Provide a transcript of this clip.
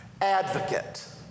advocate